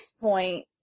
point